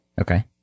Okay